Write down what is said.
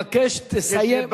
אני מבקש שתסיים.